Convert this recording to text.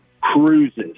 cruises